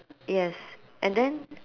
yes and then